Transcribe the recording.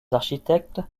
architectes